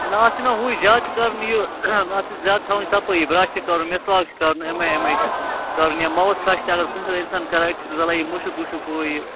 نا اتھ چھِنا ہُے زیادٕ چھُ کرُن یہِ اَتھ چھِ زیادٕ تھاوٕنۍ صفٲیی برٛش چھِ کرُن مِسواک چھُ کرُن اَمۍ اَمۍ کرُن یا مَوُتھ فرٛیشنٛر اگر کُنہِ ساتہٕ آسہِ اِنسان کَران چھِ ژلان یہِ مُشُک وُشُک ہُہ یہِ